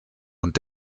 und